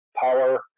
power